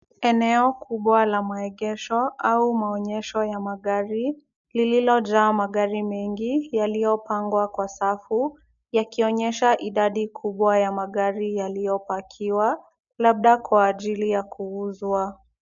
Eneo kubwa la maegesho au maonyesho ya magari, lililojaa magari mengi yaliyopangwa kwa safu, yakionyesha idadi kubwa ya magari yaliyopakiwa, labda kwa ajili ya kuuzwa.